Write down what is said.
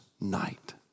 night